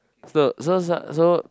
so so so so